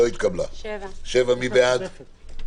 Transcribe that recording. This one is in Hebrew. הצבעה ההסתייגות לא אושרה.